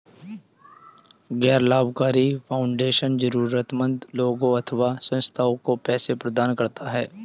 गैर लाभकारी फाउंडेशन जरूरतमन्द लोगों अथवा संस्थाओं को पैसे प्रदान करता है